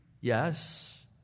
Yes